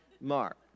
Mark